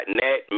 net